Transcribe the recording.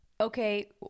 okay